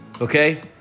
Okay